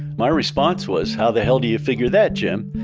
my response was, how the hell do you figure that jim?